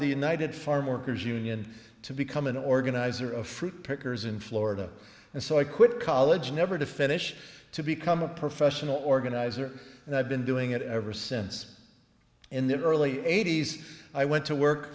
the united farm workers union to become an organizer of fruit pickers in florida and so i quit college never to finish to become a professional organizer and i've been doing it ever since in the early eighty's i went to work